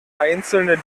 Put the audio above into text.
einzelne